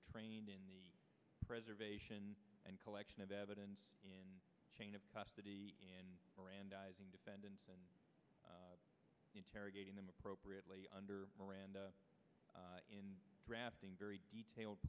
are trained in the preservation and collection of evidence in the chain of custody in mirandizing defendants and interrogating them appropriately under miranda in drafting very detailed